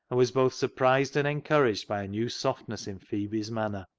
and was both surprised and encouraged by a new soft ness in phebe's manner.